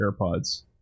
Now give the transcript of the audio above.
AirPods